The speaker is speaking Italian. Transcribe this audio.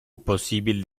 possibile